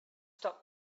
stop